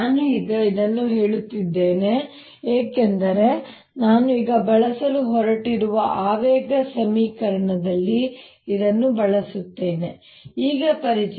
ನಾನು ಈಗ ಇದನ್ನು ಹೇಳುತ್ತಿದ್ದೇನೆ ಏಕೆಂದರೆ ನಾನು ಈಗ ಬಳಸಲು ಹೊರಟಿರುವ ಆವೇಗ ಸಮೀಕರಣದಲ್ಲಿ ಇದನ್ನು ಬಳಸುತ್ತೇನೆ ಈಗ ಪರಿಚಯಿಸಿ